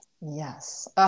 Yes